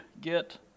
get